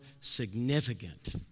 significant